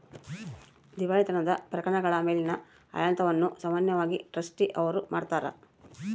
ದಿವಾಳಿತನದ ಪ್ರಕರಣಗಳ ಮೇಲಿನ ಆಡಳಿತವನ್ನು ಸಾಮಾನ್ಯವಾಗಿ ಟ್ರಸ್ಟಿ ಅವ್ರು ಮಾಡ್ತಾರ